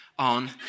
On